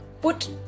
put